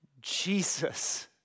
Jesus